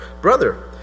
Brother